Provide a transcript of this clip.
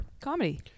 Comedy